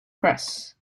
press